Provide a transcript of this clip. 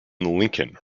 lincoln